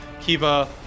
Kiva